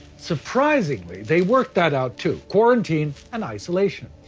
surprisingly they worked that out too. quarantine and isolation.